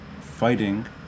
fighting